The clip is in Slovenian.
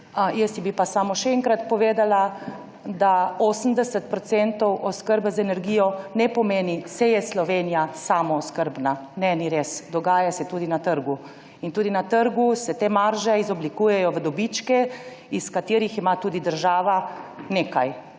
Jaz bi ji pa samo še enkrat povedala, da 80 % oskrbe z energijo ne pomeni, da je Slovenija samooskrbna. Ne, ni res, dogaja se tudi na trgu. In tudi na trgu se te marže izoblikujejo v dobičke, iz katerih ima tudi nekaj